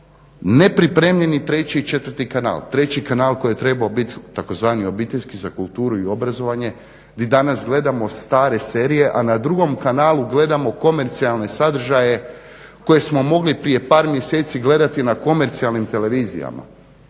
nepripremljeni 3.i 4.kanal. 3.kanal koji je trebao biti tzv. obiteljski za kulturu i obrazovanje gdje danas gledamo stare serije, a na 2.kanalu gledamo komercijalne sadržaje koje smo mogli prije par mjeseci gledati na komercijalnim televizijama